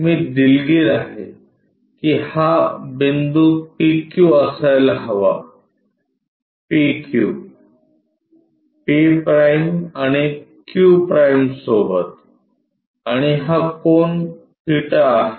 मी दिलगीर आहे की हा बिंदू P Q असायला हवा p q p' आणि q' सोबतआणि हा कोन थीटा आहे